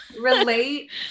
relate